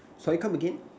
sorry come again